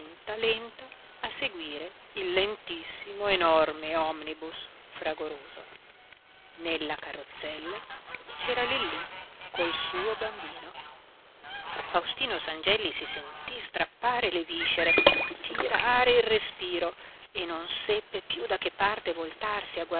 lenta a seguire il lentissimo enorme omnibus fragoroso nella carrozzella c'era lillí col suo bambino faustino sangelli si sentí strappare le viscere tirare il respiro e non seppe piú da che parte voltarsi